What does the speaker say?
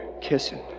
kissing